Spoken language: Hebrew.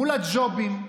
מול הג'ובים,